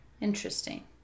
Interesting